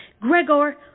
Gregor